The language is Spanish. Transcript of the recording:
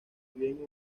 bien